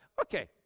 okay